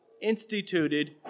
instituted